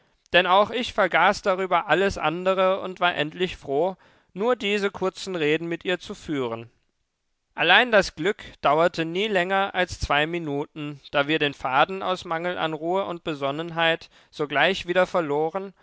denn auch ich vergaß darüber alles andere und war endlich froh nur diese kurzen reden mit ihr zu führen allein das glück dauerte nie länger als zwei minuten da wir den faden aus mangel an ruhe und besonnenheit sogleich wieder verloren